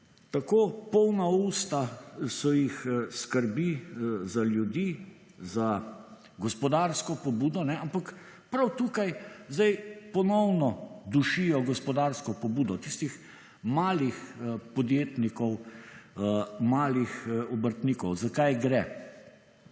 Tako polna usta so jih skrbi za ljudi, za gospodarsko pobudo, kajne, ampak prav tukaj, zdaj, ponovno dušijo gospodarsko pobudo tistih malih podjetnikov, malih obrtnikov. Za kaj gre?